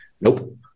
Nope